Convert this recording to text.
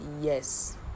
yes